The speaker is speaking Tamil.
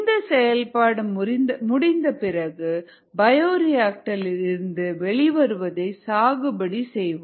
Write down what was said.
இந்த செயல்பாடு முடிந்தபிறகு பயோரியாக்டரில் இருந்து வெளிவருவதை சாகுபடி செய்வோம்